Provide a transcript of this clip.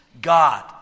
God